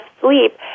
sleep